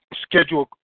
schedule